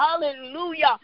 hallelujah